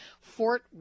Fort